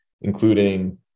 including